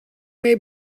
may